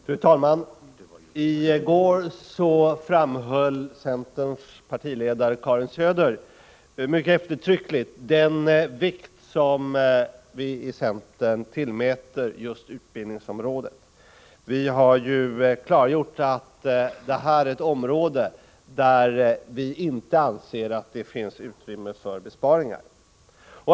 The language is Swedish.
Fru talman! I går framhöll centerns partiledare Karin Söder mycket eftertryckligt den vikt som vi i centern tillmäter just utbildningsområdet. Vi har klargjort att det är ett område där vi inte anser att det finns utrymme för besparingar.